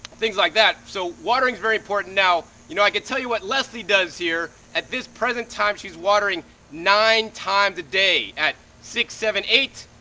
things like that. so watering's very important. now you know i can tell you what leslie does here. at this present time, she's watering nine times a day. at six, seven, eight,